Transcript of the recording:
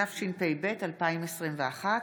התשפ"ב 2021,